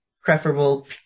preferable